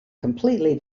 completely